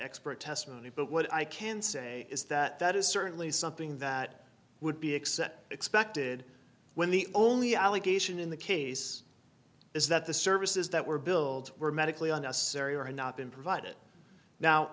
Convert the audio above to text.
expert testimony but what i can say is that that is certainly something that would be except expected when the only allegation in the case is that the services that were billed were medically unnecessary were not been provided now